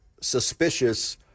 suspicious